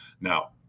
Now